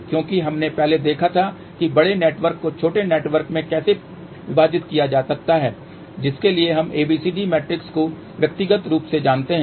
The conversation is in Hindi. क्योंकि हमने पहले देखा था कि बड़े नेटवर्क को छोटे नेटवर्क में कैसे विभाजित किया जा सकता है जिसके लिए हम ABCD मैट्रिक्स को व्यक्तिगत रूप से जानते हैं